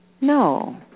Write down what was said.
No